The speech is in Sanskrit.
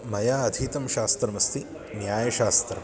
मया अधीतं शास्त्रमस्ति न्यायशास्त्रम्